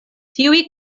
tiuj